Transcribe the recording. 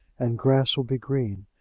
and grass will be green,